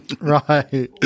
Right